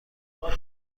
دارم